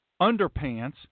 underpants